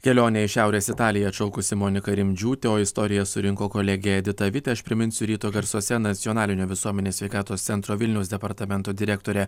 kelionę į šiaurės italiją atšaukusi monika rimdžiūtė o istoriją surinko kolegė edita vitė aš priminsiu ryto garsuose nacionalinio visuomenės sveikatos centro vilniaus departamento direktorė